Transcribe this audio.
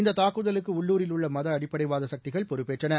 இந்த தாக்குதலுக்கு உள்ளூரில் உள்ள மத அடிப்படைவாத சக்திகள் பொறுப்பேற்றன